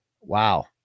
wow